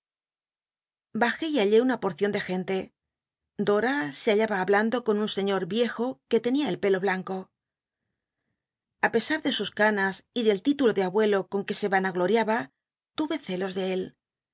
bajé y hallé una porcio n de gente dora se hallaba hablando con un seiíor iejo que tenia el pelo blanco a pesa r de sus canas y del título de abuelo con iaba lu e celos de él